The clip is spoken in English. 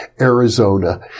Arizona